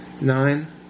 nine